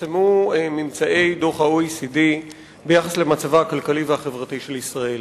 ממצאי ה-OECD ביחס למצבה הכלכלי והחברתי של ישראל.